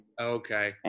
Okay